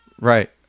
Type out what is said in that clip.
right